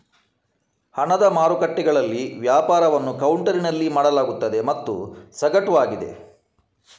ಹಣದ ಮಾರುಕಟ್ಟೆಗಳಲ್ಲಿ ವ್ಯಾಪಾರವನ್ನು ಕೌಂಟರಿನಲ್ಲಿ ಮಾಡಲಾಗುತ್ತದೆ ಮತ್ತು ಸಗಟು ಆಗಿದೆ